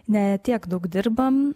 ne tiek daug dirbam